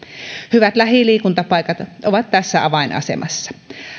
hyvät lähiliikuntapaikat ovat tässä avainasemassa